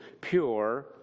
pure